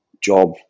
job